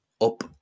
up